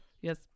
yes